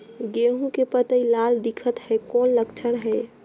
गहूं के पतई लाल दिखत हे कौन लक्षण हे?